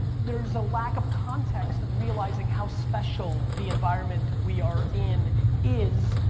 there's a lack of context of realizing how special the environment we are in is,